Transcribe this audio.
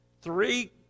Three